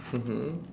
mmhmm